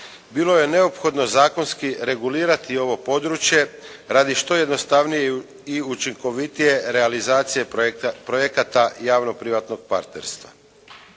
bilo je neophodno zakonski regulirati ovo područje radi jednostavnije i učinkovitije realizacije projekata javno-privatnog partnerstva.